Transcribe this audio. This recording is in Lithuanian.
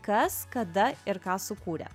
kas kada ir ką sukūrė